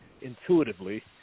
intuitively